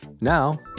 Now